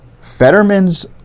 Fetterman's